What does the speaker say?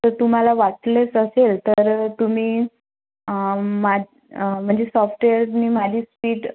तर तुम्हाला वाटलेच असेल तर तुम्ही म् मा म्हणजे सॉफ्टेअरने माझी स्पीड